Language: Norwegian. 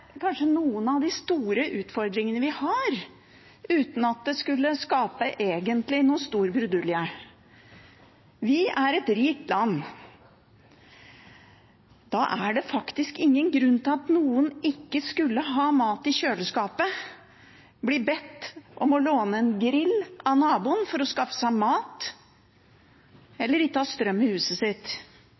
noen av de store utfordringene vi har, uten at det egentlig skulle skape noen stor brudulje. Vi er et rikt land. Da er det faktisk ingen grunn til at noen ikke skal ha mat i kjøleskapet, bli bedt om å låne en grill av naboen for å skaffe seg mat eller ikke ha strøm i huset sitt.